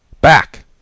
back